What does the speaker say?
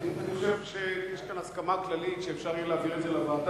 אני חושב שיש כאן הסכמה כללית שאפשר יהיה להעביר את זה לוועדה.